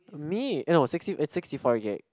me eh no sixty it's sixty four gig